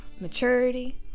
maturity